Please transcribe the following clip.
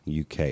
UK